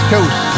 Coast